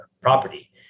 property